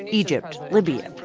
and egypt, libya,